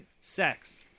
sex